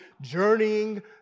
journeying